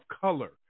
color